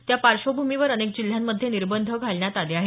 त्या पार्श्वभ्मीवर अनेक जिल्ह्यांमध्ये निर्बंध घालण्यात आले आहेत